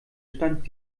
stand